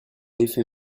effet